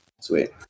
Sweet